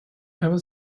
ever